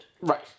Right